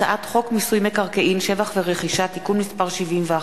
הצעת חוק מיסוי מקרקעין (שבח ורכישה) (תיקון מס' 71),